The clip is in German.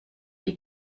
die